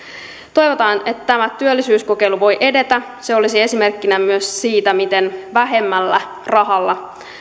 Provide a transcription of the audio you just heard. toivotaan että tämä työllisyyskokeilu voi edetä se olisi esimerkkinä myös siitä miten vähemmällä rahalla